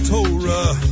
Torah